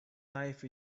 life